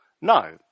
No